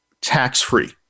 tax-free